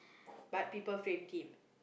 but people framed him